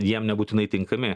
jiem nebūtinai tinkami